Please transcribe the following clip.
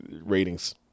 ratings